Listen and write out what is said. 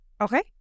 Okay